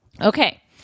Okay